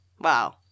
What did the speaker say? Wow